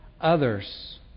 others